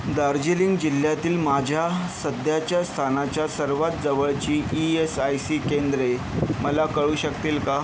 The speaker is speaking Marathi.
दार्जिलिंग जिल्ह्यातील माझ्या सध्याच्या स्थानाच्या सर्वात जवळची ई एस आय सी केंद्रे मला कळू शकतील का